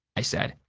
i said.